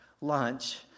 lunch